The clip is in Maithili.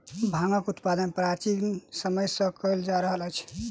भांगक उत्पादन प्राचीन समय सॅ कयल जा रहल अछि